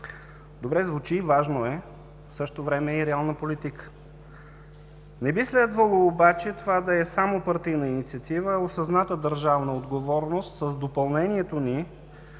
Добре звучи, важно е, в същото време е и реална политика. Не би следвало обаче това да е само партийна инициатива, а осъзната държавна отговорност с допълнението ни,